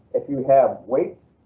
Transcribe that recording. if you have weights.